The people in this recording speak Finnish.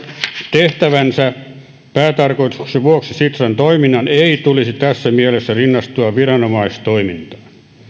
tehtävänsä päätarkoituksen vuoksi sitran toiminnan ei tulisi tässä mielessä rinnastua viranomaistoimintaan